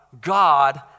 God